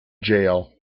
jail